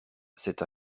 c’est